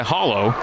Hollow